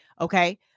Okay